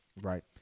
Right